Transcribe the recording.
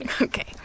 Okay